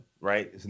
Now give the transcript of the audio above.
right